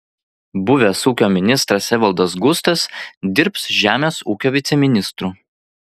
buvęs ūkio ministras evaldas gustas dirbs žemės ūkio viceministru